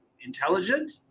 intelligent